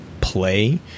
play